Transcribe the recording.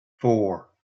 four